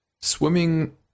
swimming